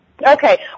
Okay